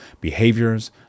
behaviors